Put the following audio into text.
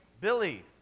Billy